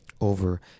over